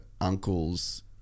uncle's